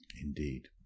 Indeed